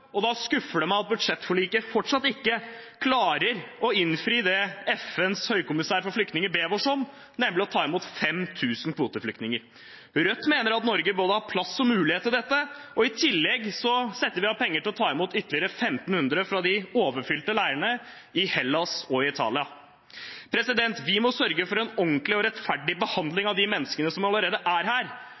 Da skuffer det meg at budsjettforliket fortsatt ikke klarer å innfri det FNs høykommissær for flyktninger ber oss om, nemlig å ta imot 5 000 kvoteflyktninger. Rødt mener at Norge har både plass og mulighet til dette, og i tillegg setter vi av penger til å ta imot ytterligere 1 500 fra de overfylte leirene i Hellas og Italia. Vi må sørge for en ordentlig og rettferdig behandling av de menneskene som allerede er her.